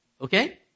Okay